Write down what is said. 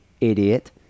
Idiot